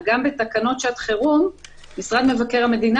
גם בתקנות שעת חירום משרד מבקר המדינה